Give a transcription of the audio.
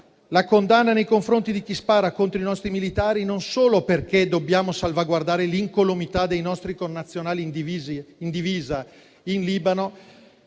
la condanna nei confronti di chi spara contro i nostri militari non solo perché dobbiamo salvaguardare l'incolumità dei nostri connazionali in divisa in Libano,